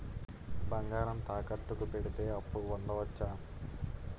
బంగారం తాకట్టు కి పెడితే అప్పు పొందవచ్చ?